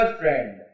friend